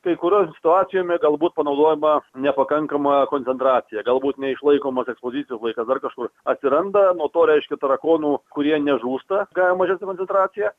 kai kuriom situacijom galbūt panaudojama nepakankama koncentracija galbūt neišlaikomas ekspozicijos laikas dar kažkur atsiranda nuo to reiškia tarakonų kurie nežūsta gavę mažesnę koncentraciją